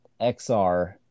XR